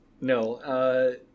No